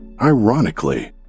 Ironically